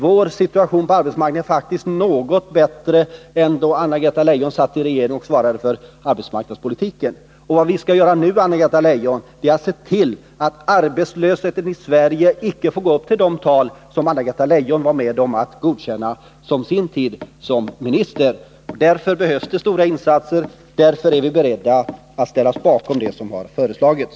Men situationen på arbetsmarknaden är faktiskt bättre än den var då Anna-Greta Leijon satt i regeringen och svarade för arbetsmarknadspolitiken. Vad vi skall göra nu, Anna-Greta Leijon, är att se till att arbetslösheten i Sverige icke går upp till de tal som Anna-Greta Leijon var med om att godkänna under sin tid som minister. Därför behövs det stora insatser, och därför är vi beredda att ställa oss bakom det som har föreslagits.